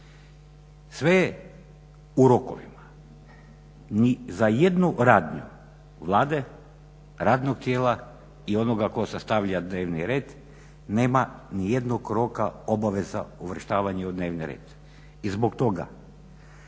je u rokovima, ni za jednu radnju Vlade, radnog tijela i onoga tko sastavlja dnevni red nema nijednog roka obaveza uvrštavanja u dnevni red.